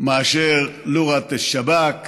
(אומר דברים בשפה הערבית,